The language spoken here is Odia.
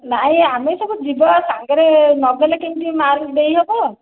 ନାଇଁ ଆମେ ସବୁ ଯିବା ସାଙ୍ଗରେ ନଗଲେ କେମିତି ମାର୍କ ଦେଇହେବ